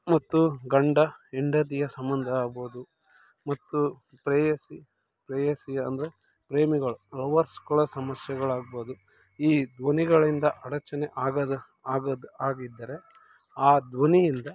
ಮತ್ತು ಗಂಡ ಹೆಂಡತಿಯ ಸಂಬಂಧ ಆಗ್ಬೋದು ಮತ್ತು ಪ್ರೇಯಸಿ ಪ್ರೇಯಸಿ ಅಂದರೆ ಪ್ರೇಮಿಗಳು ಲವರ್ಸುಗಳ ಸಮಸ್ಯೆಗಳಾಗ್ಬೋದು ಈ ಧ್ವನಿಗಳಿಂದ ಅಡಚಣೆ ಆಗದ ಆಗದ ಆಗಿದ್ದರೆ ಆ ಧ್ವನಿಯಿಂದ